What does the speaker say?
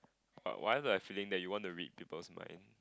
but why do I feeling that you want to read people's mind